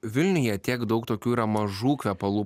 vilniuje tiek daug tokių yra mažų kvepalų